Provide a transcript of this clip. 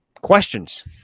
questions